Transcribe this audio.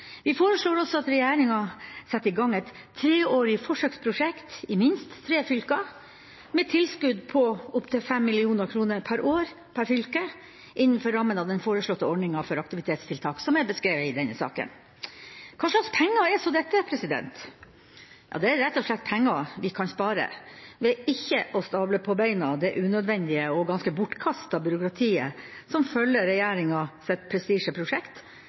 Vi foreslår også at regjeringa setter i gang et treårig forsøksprosjekt i minst tre fylker, med tilskudd på opptil 5 mill. kr per år per fylke, innenfor ramma av den forslåtte ordningen for aktivitetstiltak som beskrevet i denne saken. Hva slags penger er så dette? Det er rett og slett penger vi kan spare ved ikke å stable på beina det unødvendige og ganske bortkasta byråkratiet som følger regjeringas prestisjeprosjekt